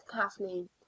Kathleen